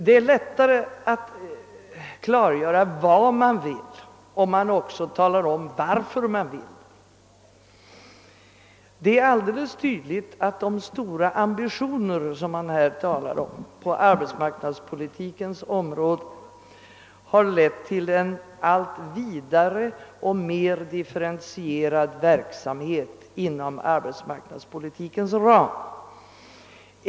Det är lättare att klargöra vad man vill om man också talar om varför man vill det. Det är tydligt att de stora ambitioner på arbetsmarknadspolitikens område som man här talar om har lett till en allt vidare och mer differentie rad verksamhet inom arbetsmarknadspolitikens ram.